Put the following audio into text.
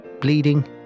Bleeding